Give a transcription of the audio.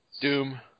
Doom